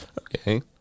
Okay